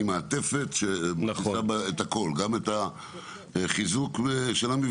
היא מעטפת שאתה שם בה את הכל: גם את חיזוק המבנים,